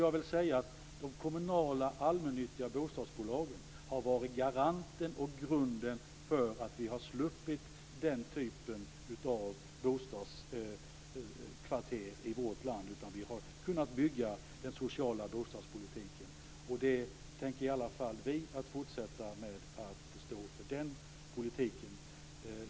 Jag vill säga att de kommunala allmännyttiga bostadsbolagen har varit garanten och grunden för att vi har sluppit den typen av bostadskvarter i vårt land. Vi har kunnat bygga utifrån en social bostadspolitik. Vi tänker i alla fall fortsätta med att stå för den politiken.